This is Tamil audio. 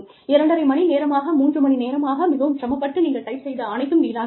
இரண்டரை மணி நேரமாக மூன்று மணி நேரமாக மிகவும் சிரமப்பட்டு நீங்கள் டைப் செய்த அனைத்தும் வீணாகி விடும்